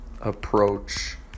approach